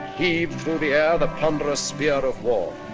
heaved through the air the ponderous spear of war.